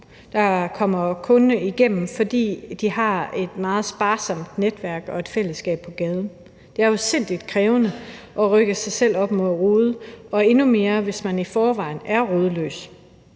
de kommer kun igennem det, fordi de har et meget sparsomt netværk og et fællesskab på gaden. Det er afsindig krævende at rykke sig selv op med rode og endnu mere, hvis man i forvejen er rodløs.